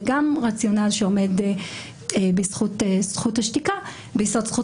רציונל שעומד בזכות זכות השתיקה זכות